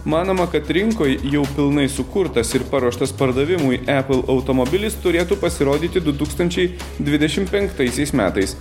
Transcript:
manoma kad rinkoj jau pilnai sukurtas ir paruoštas pardavimui apple automobilis turėtų pasirodyti du tūkstančiai dvidešim penktaisiais metais